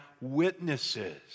witnesses